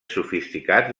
sofisticats